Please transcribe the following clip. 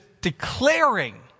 declaring